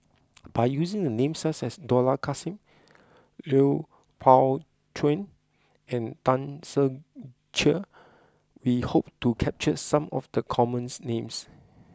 by using the names such as Dollah Kassim Lui Pao Chuen and Tan Ser Cher we hope to capture some of the common names